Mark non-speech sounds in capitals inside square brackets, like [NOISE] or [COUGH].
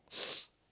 [NOISE]